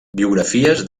biografies